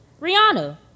Rihanna